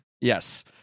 Yes